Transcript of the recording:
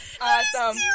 Awesome